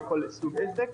לכל סוג עסק,